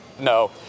No